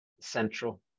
central